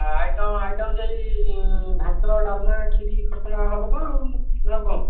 item item ସେଇ ଭାତ ଡ଼ାଲମା ଖିରି ଖଟା ହେବ ତ ଆଉ ନା ଆଉ କ'ଣ